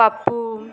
Pappu